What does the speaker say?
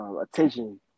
attention